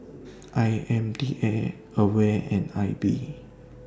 I M D A AWARE and I B